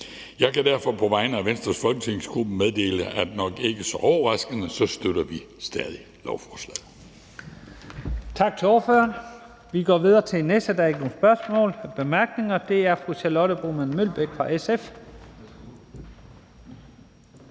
Jeg kan derfor på vegne af Venstres folketingsgruppe meddele, at vi, nok ikke så overraskende, stadig støtter lovforslaget.